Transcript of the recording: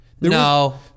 No